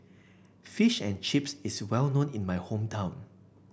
Fish and Chips is well known in my hometown